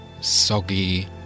soggy